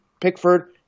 Pickford